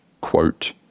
quote